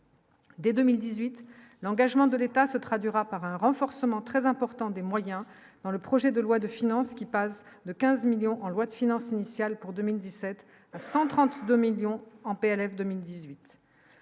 Dès 2018, l'engagement de l'État se traduira par un renforcement très important des moyens dans le projet de loi de finance qui passe de 15 millions en loi de finances initiale pour 2017 132 millions en PLF 2018,